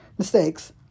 Mistakes